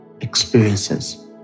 experiences